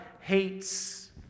hates